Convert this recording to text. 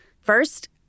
First